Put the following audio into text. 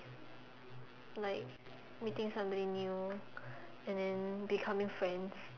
like meeting somebody new and then becoming friends